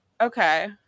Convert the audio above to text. okay